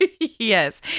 Yes